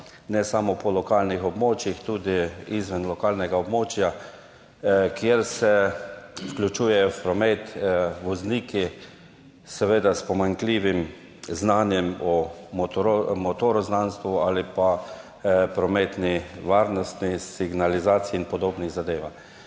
ne samo po lokalnih območjih, temveč tudi izven lokalnega območja, vključujejo vozniki s pomanjkljivim znanjem o motoroznanstvu ali pa prometni varnosti, signalizaciji in podobnih zadevah.